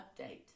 update